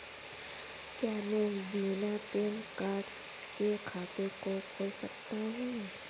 क्या मैं बिना पैन कार्ड के खाते को खोल सकता हूँ?